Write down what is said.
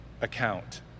Account